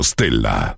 Stella